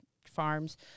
farms